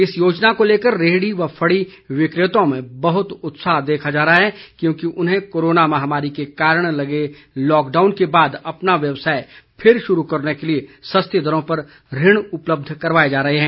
इस योजना को लेकर रेहडी और फड़ी विक्रेताओं में बहत उत्साह देखा जा रहा है क्योंकि उन्हें कोरोना महामारी के कारण लगे लॉकडाउन के बाद अपना व्यवसाय फिर शुरू करने के लिए सस्ती दरों पर ऋण उपलब्धं कराए जा रहे हैं